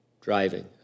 Driving